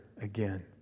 again